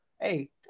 Hey